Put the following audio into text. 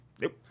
nope